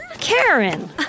Karen